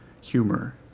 humor